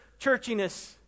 churchiness